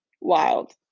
wild